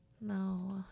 No